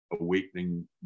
awakening